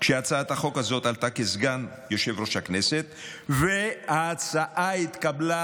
כשהצעת החוק הזאת עלתה כסגן יושב-ראש הכנסת וההצעה התקבלה,